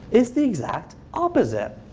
it's the exact opposite.